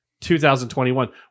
2021